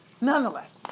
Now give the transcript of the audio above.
Nonetheless